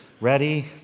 ready